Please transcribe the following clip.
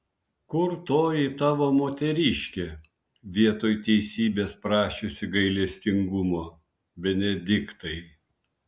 kur toji tavo moteriškė vietoj teisybės prašiusi gailestingumo benediktai